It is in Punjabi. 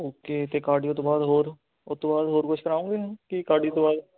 ਓਕੇ ਅਤੇ ਕਾਡੀਓ ਤੋਂ ਬਾਅਦ ਹੋਰ ਉਹ ਤੋਂ ਬਾਅਦ ਹੋਰ ਕੁਛ ਕਰਾਓਂਗੇ ਮੈਨੂੰ ਕਿ ਕਾਡੀਓ ਤੋਂ ਬਾਅਦ